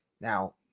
Now